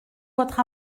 votre